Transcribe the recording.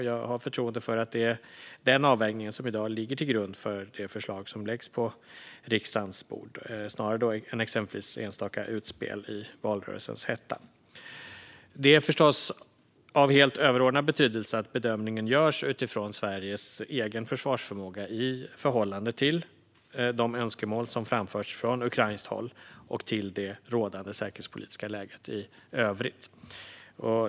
Jag har förtroende för att det är denna avvägning, snarare än exempelvis enstaka utspel i valrörelsens hetta, som i dag ligger till grund för det förslag som läggs på riksdagens bord. Det är förstås av helt överordnad betydelse att bedömningen görs utifrån Sveriges egen försvarsförmåga i förhållande till de önskemål som framförts från ukrainskt håll och till det rådande säkerhetspolitiska läget i övrigt.